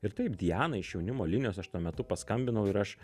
ir taip diana iš jaunimo linijos aš tuo metu paskambinau ir aš